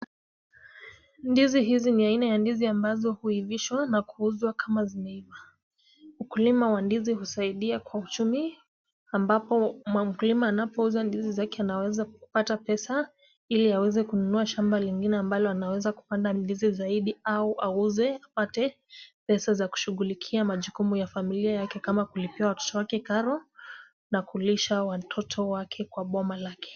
Ndizi hizi ni aina ya ndizi ambazo huivishwa na kuuzwa kama zimeiva. Mkulima wa ndizi husaidia kwa uchumi ambapo mkulima anapouza ndizi zake anaweza kupata pesa ili aweze kununua shamba lingine ambalo anaweza kupanda ndizi zaidi au auze apate pesa za kushughulikia majukumu ya familia yake kama kulipia watoto wake karo na kulisha watoto wake kwa boma lake.